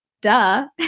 Duh